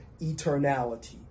eternality